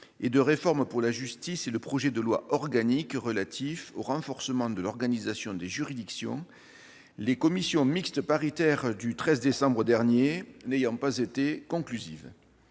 et de réforme pour la justice et le projet de loi organique relatif au renforcement de l'organisation des juridictions, les commissions mixtes paritaires du 13 décembre dernier n'ayant pas été conclusives.